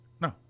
No